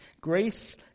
Grace